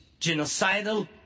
genocidal